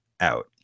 out